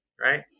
right